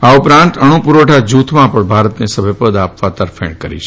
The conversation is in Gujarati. આ ઉપરાંત અણુ પુરવઠા જૂથમાં પણ ભારતને સભ્યપદ આપવા તરફેણ કરી છે